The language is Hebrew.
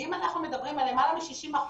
ואם אנחנו מדברים על למעלה מ-60%